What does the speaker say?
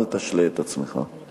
אל תשלה את עצמך.